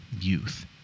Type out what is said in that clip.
youth